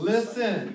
Listen